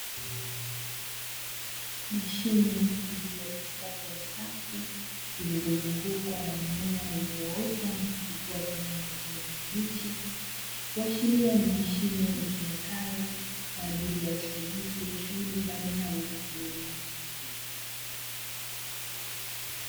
Mashine iliyo katikati ya safu zilizozungukwa na mimea iliyoota na kuchipua kwa rangi ya kijani kibichi, kuashiria ni mashine itumikayo kwa ajili ya usaidizi wa shughuli mbalimbali za kilimo.